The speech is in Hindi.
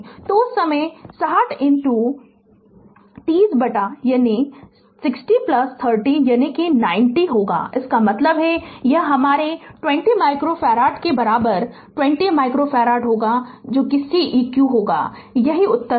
तो उस समय यह 6030 बटा 6030 यानी 90 होगा इसका मतलब है यह हमारे 20 माइक्रोफ़ारड के बराबर 20 माइक्रोफ़ारड होगा जो कि Ceq होगा यही उत्तर होगा